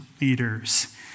leaders